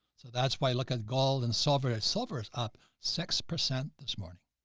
so that's why look at gold and silver, silver is up six percent this morning.